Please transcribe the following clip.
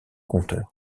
compteurs